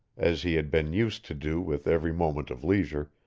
as he had been used to do with every moment of leisure,